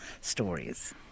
stories